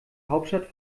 hauptstadt